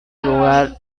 lugar